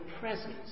presence